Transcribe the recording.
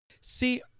See